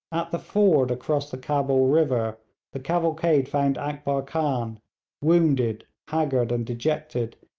at the ford across the cabul river the cavalcade found akbar khan wounded, haggard, and dejected,